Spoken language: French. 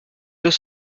deux